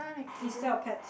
instead of pets